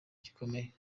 gikomeye